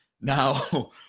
Now